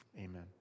Amen